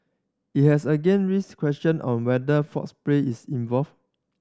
it has again raised question on whether false play is involved